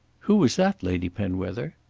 who was that, lady penwether?